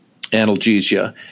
analgesia